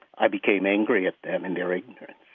i became angry at them in their ignorance.